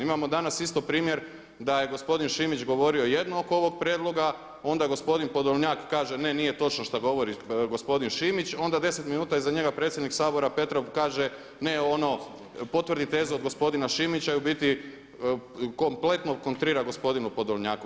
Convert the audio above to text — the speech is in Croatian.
Imamo danas isto primjer da je gospodin Šimić govorio jedno oko ovog prijedloga, onda gospodin Podolnjak kaže, ne nije točno šta govori gospodin Šimić, onda 10 minuta iza njega predsjednik Sabora Petrov kaže, ne ono, potvrdi tezu od gospodina Šimića i u biti kompletno kontrira gospodinu Podolnjaku.